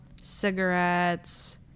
cigarettes